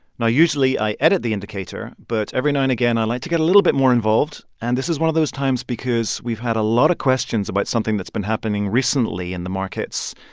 now, usually, i edit the indicator, but every now and again, i like to get a little bit more involved. and this is one of those times because we've had a lot of questions about something that's been happening recently in the markets,